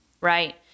right